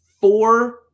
four